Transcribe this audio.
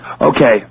Okay